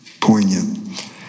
poignant